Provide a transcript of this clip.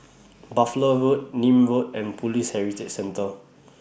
Buffalo Road Nim Road and Police Heritage Centre